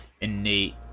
innate